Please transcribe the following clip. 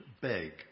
beg